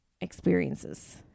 experiences